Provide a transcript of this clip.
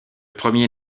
premier